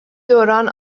دوران